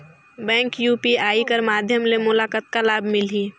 Bank UPI कर माध्यम ले मोला कतना लाभ मिली?